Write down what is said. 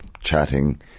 chatting